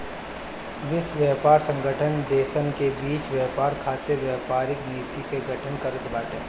विश्व व्यापार संगठन देसन के बीच व्यापार खातिर व्यापारिक नीति के गठन करत बाटे